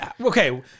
okay